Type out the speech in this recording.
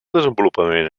desenvolupament